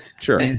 sure